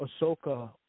Ahsoka